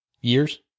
years